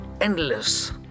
endless